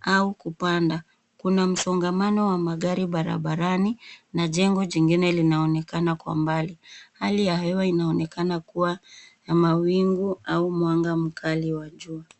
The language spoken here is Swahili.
au kupanda. Kuna msongamano wa magari barabarani, na jengo jingine linaonekana kwa mbali. Hali ya hewa inaonekana kuwa ya mawingu au mwanga mkali wa jua.